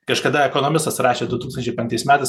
kažkada ekonomistas rašė du tūkstančiai penktais metais